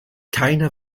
keine